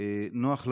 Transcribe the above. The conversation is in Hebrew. נוח לבריות,